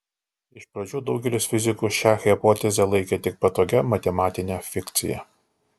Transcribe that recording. iš pradžių daugelis fizikų šią hipotezę laikė tik patogia matematine fikcija